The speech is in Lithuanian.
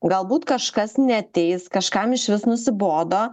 galbūt kažkas neateis kažkam išvis nusibodo